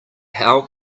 how